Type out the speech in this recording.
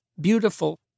beautiful